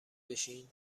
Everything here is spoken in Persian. بشین